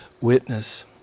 witness